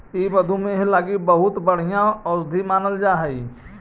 ई मधुमेह लागी बहुत बढ़ियाँ औषधि मानल जा हई